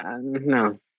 No